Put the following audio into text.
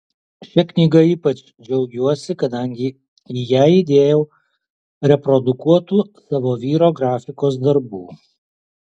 šia knyga ypač džiaugiuosi kadangi į ją įdėjau reprodukuotų savo vyro grafikos darbų